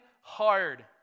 hard